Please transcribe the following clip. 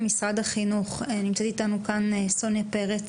סוניה פרץ,